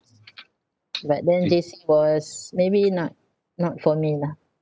but then J_C was maybe not not for me lah